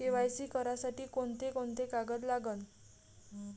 KYC करासाठी कोंते कोंते कागद लागन?